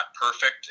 perfect